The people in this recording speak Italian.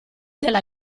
della